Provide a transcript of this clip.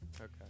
Okay